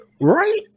Right